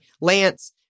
Lance